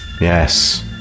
yes